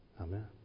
Amen